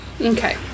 Okay